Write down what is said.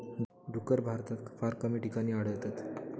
डुक्कर भारतात फार कमी ठिकाणी आढळतत